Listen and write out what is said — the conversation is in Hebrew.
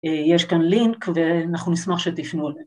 יש כאן לינק ואנחנו נשמח שתפנו אליהם.